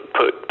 put